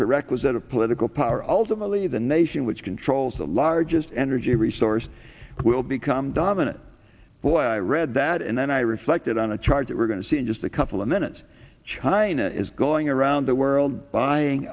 prerequisite of political power ultimately the nation which controls the largest energy resource will become dominant well i read that and then i reflected on a chart that we're going to see in just a couple of minutes china is going around the world buying